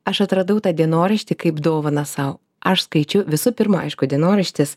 aš atradau tą dienoraštį kaip dovaną sau aš skaičiau visų pirma aišku dienoraštis